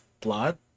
plot